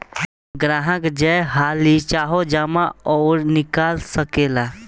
ग्राहक जय हाली चाहो जमा अउर निकाल सकेला